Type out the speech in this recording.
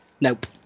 Nope